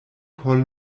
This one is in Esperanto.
por